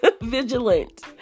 vigilant